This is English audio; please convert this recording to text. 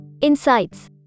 Insights